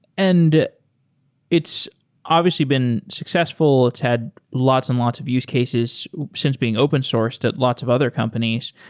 and it's obviously been successful. it's had lots and lots of use cases since being open sourced at lots of other companies.